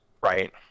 right